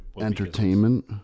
Entertainment